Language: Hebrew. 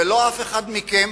ולא אף אחד מכם,